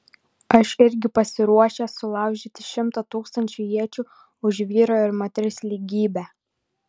aš irgi pasiruošęs sulaužyti šimtą tūkstančių iečių už vyro ir moters lygybę